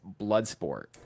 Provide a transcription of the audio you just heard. Bloodsport